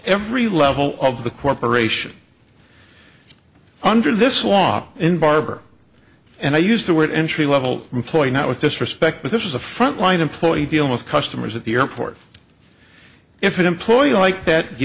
every level of the corporation under this law in barbour and i used the word entry level employee not with disrespect but this is a front line employee dealing with customers at the airport if an employee like that